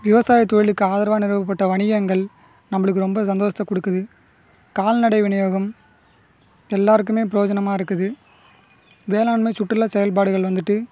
விவசாயத்தொழிலுக்கு ஆதரவாக நிறுவப்பட்ட வணிகங்கள் நம்மளுக்கு ரொம்ப சந்தோஷ்த்தை கொடுக்குது கால்நடை விநியோகம் எல்லாருக்குமே ப்ரோஜனமா இருக்குது வேளாண்மை சுற்றுலா செயல்பாடுகள் வந்துட்டு